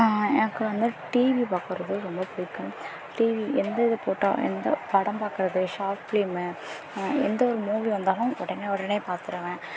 எனக்கு வந்து டிவி பார்க்குறது ரொம்ப பிடிக்கும் டிவி எந்த இது போட்டாலும் எந்த படம் பார்க்குறது ஷார்ட் ஃபிலிம்மு எந்த ஒரு மூவி வந்தாலும் உடனே உடனே பார்த்துடுவேன்